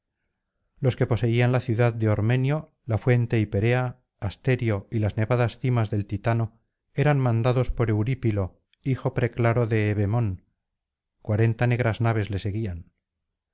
los que poseían la ciudad de ormenio la fuente hiperea asterio y las nevadas cimas del titano eran mandados por eurípilo hijo preclaro de evemón cuarenta negras naves le seguían